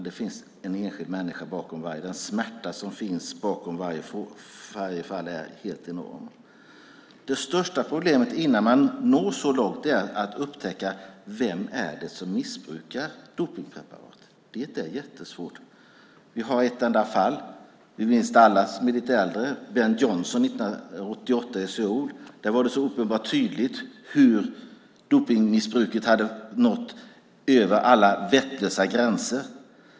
Det finns en enskild människa bakom varje fall, och den smärta som finns bakom varje fall är helt enorm. Det största problemet innan man når så långt är att upptäcka vem som missbrukar dopningspreparat. Det är jättesvårt. Vi som är lite äldre minns alla Ben Johnson i Seoul 1988. Det var så uppenbart tydligt hur dopningsmissbruk hade nått över alla gränser.